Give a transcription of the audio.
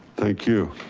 thank you.